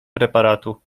preparatu